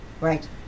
Right